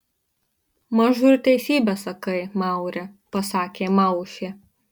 mažu ir teisybę sakai maure pasakė maušė